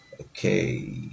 Okay